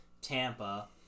Tampa